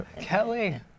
Kelly